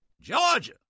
Georgia